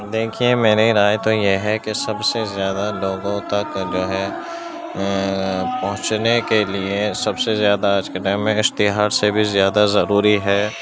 دیکھیے میری رائے تو یہ ہے کہ سب سے زیادہ لوگوں تک جو ہے پہنچنے کے لیے سب سے زیادہ آج کے ٹائم میں اشتہار سے بھی زیادہ ضروری ہے